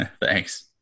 Thanks